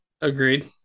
Agreed